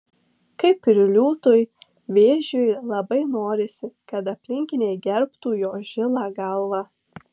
kaip ir liūtui vėžiui labai norisi kad aplinkiniai gerbtų jo žilą galvą